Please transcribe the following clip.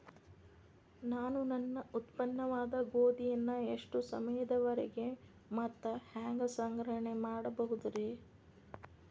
ನಾನು ನನ್ನ ಉತ್ಪನ್ನವಾದ ಗೋಧಿಯನ್ನ ಎಷ್ಟು ಸಮಯದವರೆಗೆ ಮತ್ತ ಹ್ಯಾಂಗ ಸಂಗ್ರಹಣೆ ಮಾಡಬಹುದುರೇ?